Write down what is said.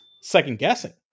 second-guessing